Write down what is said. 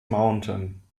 mountain